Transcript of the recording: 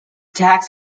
tax